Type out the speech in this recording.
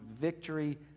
victory